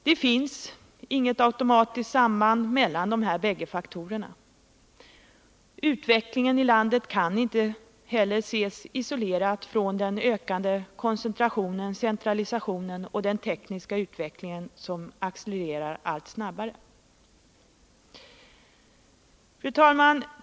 Det finns inget automatiskt samband mellan dessa bägge faktorer. Utvecklingen i landet kan inte heller isoleras från kapitalets ökade koncentration och centralisation samt den tekniska utveckling som accelererar allt snabbare. Fru talman!